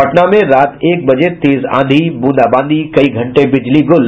पटना में रात एक बजे तेज आंधी बूंदाबांदी कई घंटे बिजली गुल